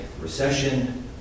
recession